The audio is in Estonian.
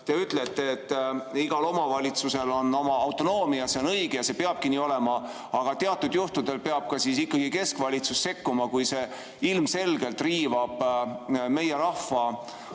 te ütlete, et igal omavalitsusel on oma autonoomia. See on õige ja see peabki nii olema, aga teatud juhtudel peab ikkagi keskvalitsus sekkuma, kui see ilmselgelt riivab meie rahva